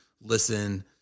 listen